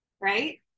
right